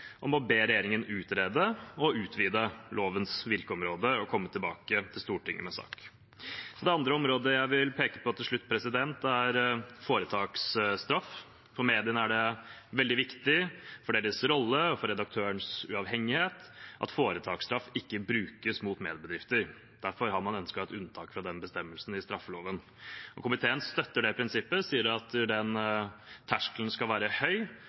om å be regjeringen utrede det å utvide lovens virkeområde og komme tilbake til Stortinget med sak. Det andre området jeg vil peke på til slutt, er foretaksstraff. For mediene er det veldig viktig for deres rolle og for redaktørens uavhengighet at foretaksstraff ikke brukes mot mediebedrifter. Derfor har man ønsket et unntak fra den bestemmelsen i straffeloven. Komiteen støtter det prinsippet, sier at den terskelen skal være høy